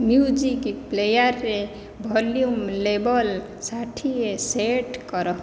music ପ୍ଲେୟାରରେ volume ଲେବଲ୍ ଷାଠିଏ ସେଟ୍ କର